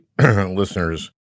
listeners